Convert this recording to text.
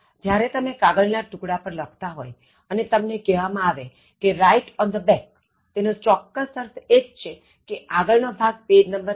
જ્યારે તમે કાગળ ના ટૂકડા પર લખતા હોય અને તમને કહેવામાં આવે કે write on the back તેનો ચોક્કસ અર્થ એ જ છે કે આગળ નો ભાગ પેજ 1 અને પેજ 2